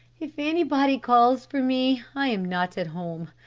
if anybody calls for me, i am not at home.